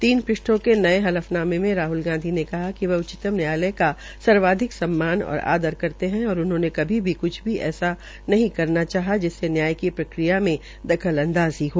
तीन पृष्ठों के नये हलफनामें में राहल गांधी ने कहा कि वह उच्चतम न्यायालय का सर्वाधिक सम्मान और आदर करते है और उन्होंने कभी भी क्छ भी ऐसा नहीं करना चाहा जिससे न्याय की प्रक्रिया में दखलअदाज़ी हो